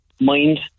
mind